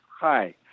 Hi